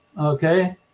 okay